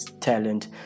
talent